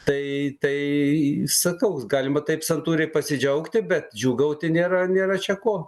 tai tai sakau galima taip santūriai pasidžiaugti bet džiūgauti nėra nėra čia ko